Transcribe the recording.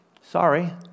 sorry